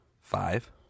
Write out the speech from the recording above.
Five